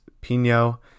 Pino